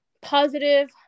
positive